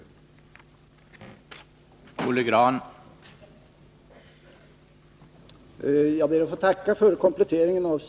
Torsdagen den